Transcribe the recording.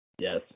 Yes